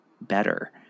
better